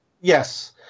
Yes